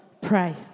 Pray